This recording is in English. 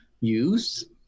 use